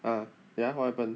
ah ya what happened